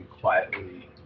quietly